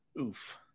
oof